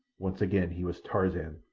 once again he was tarzan,